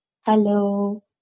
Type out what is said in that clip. Hello